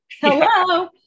Hello